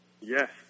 yes